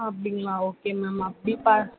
அப்படிங்களா okay ma'am அப்படி பாத்